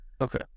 Okay